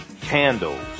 candles